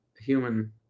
human